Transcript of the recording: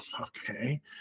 okay